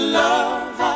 love